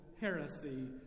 heresy